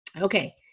Okay